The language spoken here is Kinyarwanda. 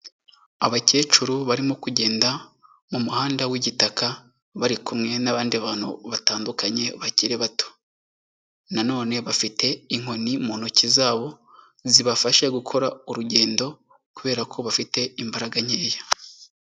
Abakecuru barimo kugenda mu muhanda w'igitaka, bari kumwe n'abandi bantu batandukanye bakiri bato na none bafite inkoni mu ntoki zabo, zibafasha gukora urugendo kubera ko bafite imbaraga nkeya.